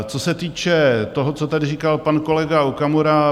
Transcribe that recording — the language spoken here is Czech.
Co se týče toho, co tady říkal pan kolega Okamura.